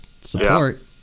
support